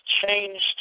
changed